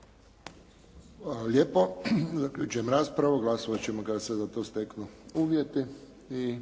lijepo. Zaključujem raspravu. Glasovati ćemo kada se za to steknu uvjeti.